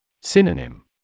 Synonym